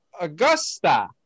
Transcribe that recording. Augusta